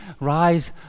rise